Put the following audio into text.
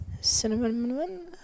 Cinnamon